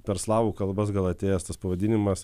per slavų kalbas gal atėjęs tas pavadinimas